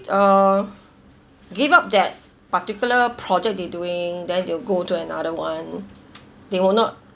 uh give up that particular project they doing then they'll go to another [one] they will not